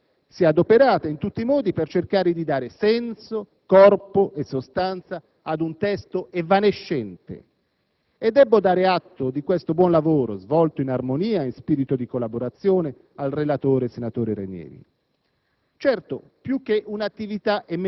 La 7ª Commissione, però, si è adoperata in tutti i modi per cercare di dare senso, corpo e sostanza ad un testo evanescente. E debbo dare atto di questo buon lavoro, svolto in armonia e in spirito di collaborazione, al relatore, senatore Ranieri.